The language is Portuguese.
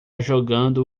jogando